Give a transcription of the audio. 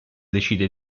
decide